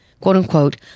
quote-unquote